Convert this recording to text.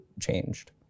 changed